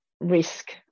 risk